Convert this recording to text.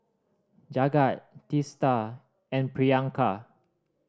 Jagat Teesta and Priyanka